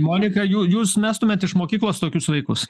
monika jų jūs mestumėt iš mokyklos tokius vaikus